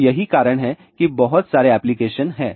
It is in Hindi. तो यही कारण है कि बहुत सारे एप्लीकेशन हैं